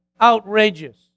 outrageous